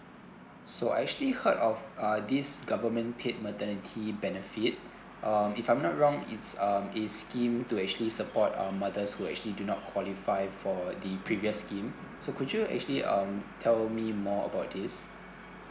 so I actually heard of uh this government paid maternity benefit uh if I'm not wrong it's um a scheme to actually support um mothers who actually do not qualify for the previous scheme so could you actually um tell me more about this